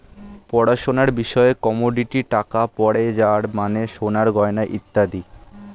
পড়াশোনার বিষয়ে কমোডিটি টাকা পড়ে যার মানে সোনার গয়না ইত্যাদি